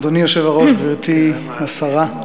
אדוני היושב-ראש, גברתי השרה,